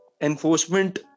enforcement